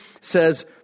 says